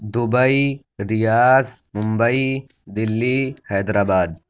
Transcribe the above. Dubai Riyadh Mumbai Delhi Hyderabad